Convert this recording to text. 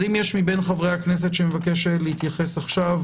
אם יש מבין חברי הכנסת שמבקש להתייחס עכשיו,